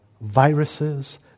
viruses